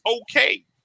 okay